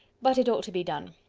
but it ought to be done,